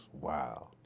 Wow